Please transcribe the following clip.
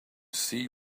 see